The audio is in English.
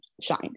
shine